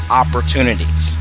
opportunities